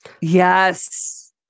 Yes